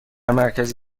مرکز